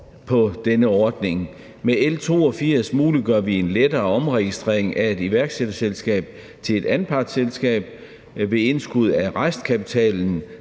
til denne ordning. Med L 82 muliggør vi en lettere omregistrering af et iværksætterselskab til et anpartsselskab ved indskud af restkapitalen,